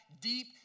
deep